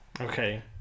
Okay